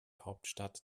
hauptstadt